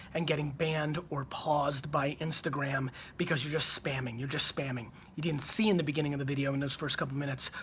and getting banned or paused by instagram because you're just spamming, you're just spamming. you can see in the beginning of the video in those first couple minutes,